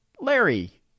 Larry